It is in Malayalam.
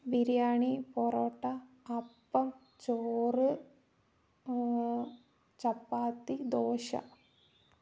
ബിരിയാണി പൊറോട്ട അപ്പം ചോറ് ചപ്പാത്തി ദോശ